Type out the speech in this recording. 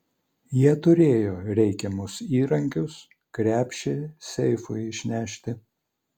jie turėjo reikiamus įrankius krepšį seifui išnešti